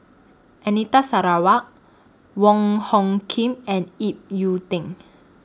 Anita Sarawak Wong Hung Khim and Ip Yiu Ding